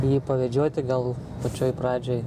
jį pavedžioti gal pačioj pradžioj